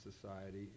society